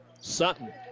Sutton